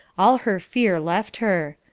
all her fear left her.